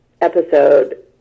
episode